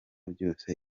byose